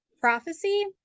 prophecy